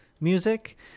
music